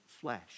flesh